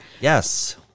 Yes